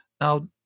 now